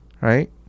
right